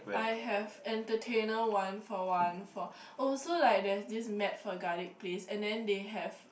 I have entertainer one for one for oh so like there is this mad for garlic place and then they have